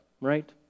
right